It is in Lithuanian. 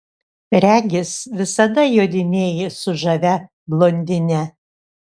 regis visada jodinėji su žavia blondine